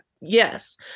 Yes